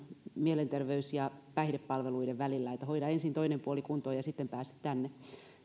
mielenterveys ja päihdepalveluiden välillä että hoida ensin toinen puoli kuntoon ja sitten pääset tänne